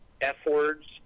F-words